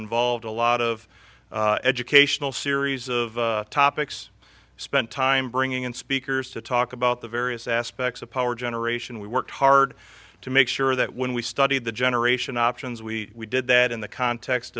involved a lot of educational series of topics spent time bringing in speakers to talk about the various aspects of power generation we worked hard to make sure that when we studied the generation options we did that in the context